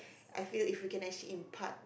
I feel if you can exceed in part